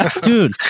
dude